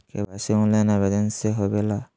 KYC online आवेदन से होवे ला?